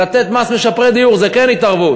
לתת מס משפרי דיור זה כן התערבות.